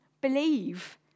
believe